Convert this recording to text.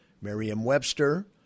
Merriam-Webster